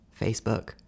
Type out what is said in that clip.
Facebook